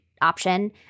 option